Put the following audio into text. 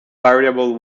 variable